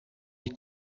die